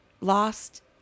lost